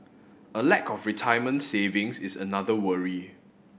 a lack of retirement savings is another worry